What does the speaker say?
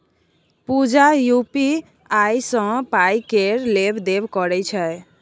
पुजा UPI सँ पाइ केर लेब देब करय छै